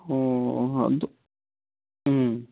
ꯑꯣ ꯍꯣ ꯑꯗꯨ ꯎꯝ